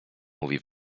mówi